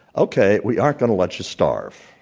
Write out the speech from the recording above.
okay, we aren't going to let you starve,